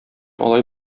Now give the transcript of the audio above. алай